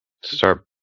Start